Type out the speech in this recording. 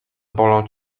bolą